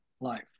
Life